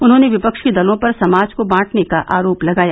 उन्होंने विपक्षी दलों पर समाज को बांटने का आरोप लगाया